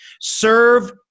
serve